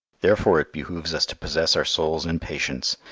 therefore it behoves us to possess our souls in patience,